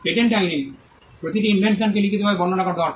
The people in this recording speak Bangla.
পেটেন্ট আইনে প্রতিটি ইনভেনশনকে লিখিতভাবে বর্ণনা করা দরকার